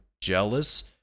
jealous